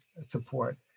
support